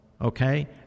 Okay